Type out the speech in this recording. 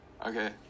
Okay